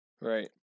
right